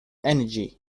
energy